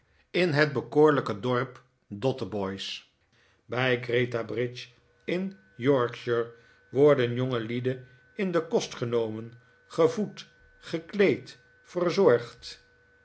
in het bekoorlijke dorp dotheboys bij greta bridge in yorkshire worden jongelieden in den kost genomen gevoed gekleed verzorgd